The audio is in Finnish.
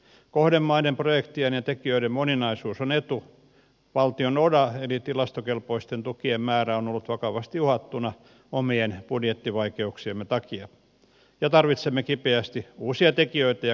kohdemaiden projektien ja tekijöiden moninaisuus on etu valtion oda eli tilastokelpoisten tukien määrä on ollut vakavasti uhattuna omien budjettivaikeuksiemme takia ja tarvitsemme kipeästi uusia tekijöitä ja kansalaisaktiivisuutta